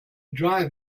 drive